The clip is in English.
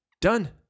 done